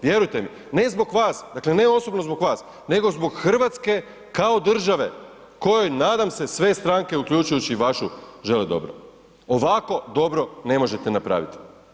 Vjerujte mi, ne zbog vas, dakle ne osobno zbog vas, nego zbog RH kao države, kojom nadam se sve stranke uključujući i vašu, želi dobro, ovako dobro ne možete napraviti.